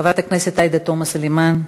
חברת הכנסת עאידה תומא סלימאן,